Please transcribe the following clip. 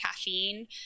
caffeine